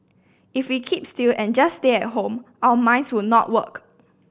if we keep still and just stay at home our minds will not work